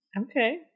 okay